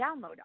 download